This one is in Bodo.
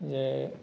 जे